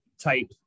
type